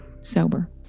Sober